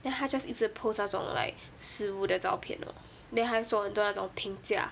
then 他 just 一直 post 那种 like 食物的照片 lor then 还做很多那种评价